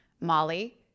Molly